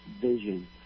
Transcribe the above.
vision